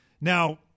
Now –